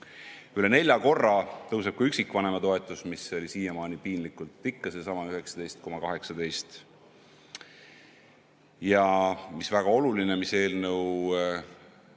Üle nelja korra tõuseb ka üksikvanematoetus, mis oli siiani piinlikult ikka seesama 19,18. Väga oluline on see, mis eelnõu